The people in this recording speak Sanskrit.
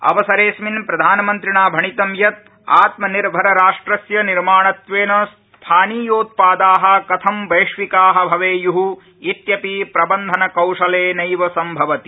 अवसरेड़स्मिन् प्रधानमन्त्रिणा भणितं यत् त्मनिर्भरराष्ट्रस्य निर्माणत्वेन स्थानीयोत्पादा कथं वैश्विका भवेय् इत्यपि प्रबन्धनकौशलेनैव संभवति